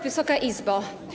Wysoka Izbo!